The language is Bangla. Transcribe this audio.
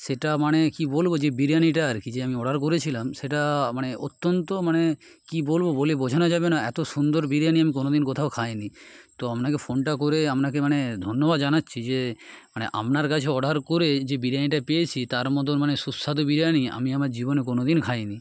সেটা মানে কী বলবো যে বিরিয়ানিটা আর কী যে আমি অর্ডার করেছিলাম সেটা মানে অত্যন্ত মানে কী বলবো বলে বোঝানো যাবে না এত সুন্দর বিরিয়ানি আমি কোনোদিন কোথাও খাইনি তো আপনাকে ফোনটা করে আপনাকে মানে ধন্যবাদ জানাচ্ছি যে মানে আপনার কাছে অর্ডার করে যে বিরিয়ানিটা পেয়েছি তার মতো মানে সুস্বাদু বিরিয়ানি আমি আমার জীবনে কোনোদিন খাইনি